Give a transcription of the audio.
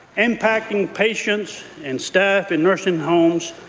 impacting patients and staff in nursing homes,